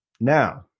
now